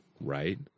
right